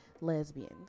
lesbians